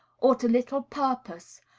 or to little purpose,